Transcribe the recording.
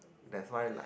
that's why like